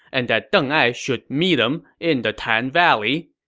and that deng ai should meet him in the tan valley.